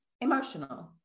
emotional